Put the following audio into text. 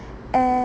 and